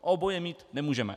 Oboje mít nemůžeme.